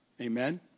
Amen